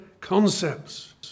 concepts